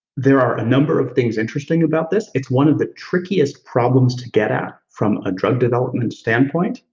there are a number of things interesting about this. it's one of the trickiest problems to get at from a drug development standpoint,